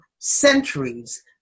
centuries